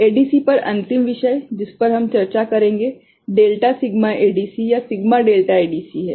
ADC पर अंतिम विषय जिस पर हम चर्चा करेंगे डेल्टा सिग्मा एडीसी या सिग्मा डेल्टा एडीसी है